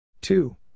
Two